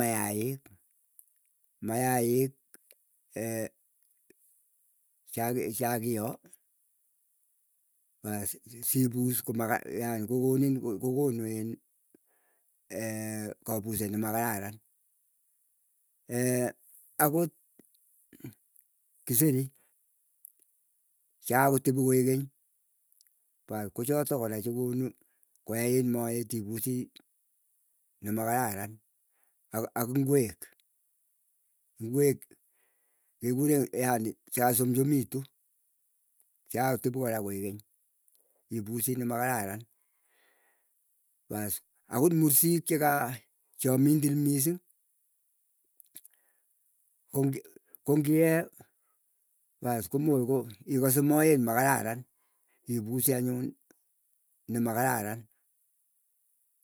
Mayaik, mayaik chakiyoo pas sipus kokonu iin kapuset nemakararan. akot kiseri chekakotepi koekeny paas kochotok kora chekonu koyait moet ipusii nemakararan. Ak ak ingwek kekure yani chekasomsomitu. Chekakotepi kora koekeny ipusii nemakararan, pas akot mursik cheka chamindilil missing kongiee ikose maet makararan. Ipusi anyun nema kararan.